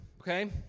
okay